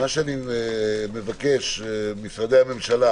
אני מבקש ממשרדי הממשלה